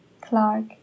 Clark